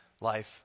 life